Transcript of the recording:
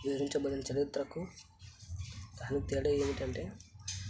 వివరించబడిన చరిత్రకు దానికి తేడా ఏమిటంటే